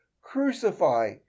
crucify